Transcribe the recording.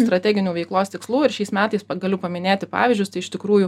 strateginių veiklos tikslų ir šiais metais pa galiu paminėti pavyzdžius tai iš tikrųjų